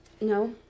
no